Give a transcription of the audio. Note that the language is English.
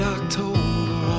October